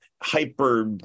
hyper